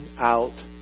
out